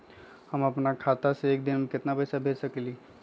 हम अपना खाता से एक दिन में केतना पैसा भेज सकेली?